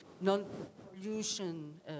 non-pollution